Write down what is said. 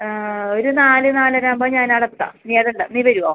ഒരു നാല് നാലര ആവുമ്പോൾ ഞാൻ അവിടെ എത്താം നീ അത് അല്ല നീ വരുമോ